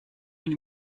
only